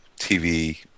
TV